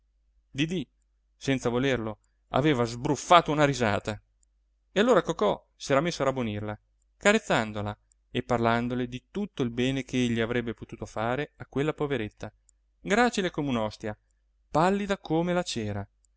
didì senza volerlo aveva sbruffato una risata e allora cocò s'era messo a rabbonirla carezzandola e parlandole di tutto il bene che egli avrebbe potuto fare a quella poveretta gracile come un'ostia pallida come la cera